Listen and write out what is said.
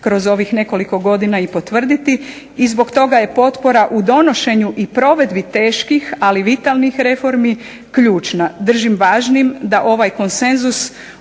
kroz ovih nekoliko godina i potvrditi. I zbog toga je potpora u donošenju i provedbi teških, ali vitalnih reformi ključna. Držim važnim da ovaj konsenzus